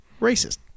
Racist